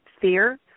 fear